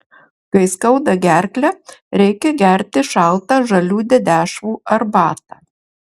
kai skauda gerklę reikia gerti šaltą žalių dedešvų arbatą